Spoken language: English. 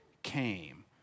came